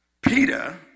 Peter